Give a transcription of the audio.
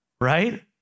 right